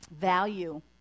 value